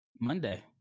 Monday